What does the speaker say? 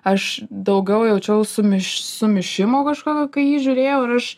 aš daugiau jaučiau sumiš sumišimo kažkokio kai jį žiūrėjau ir aš